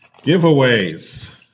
giveaways